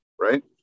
right